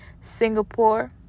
Singapore